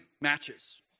matches